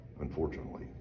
unfortunately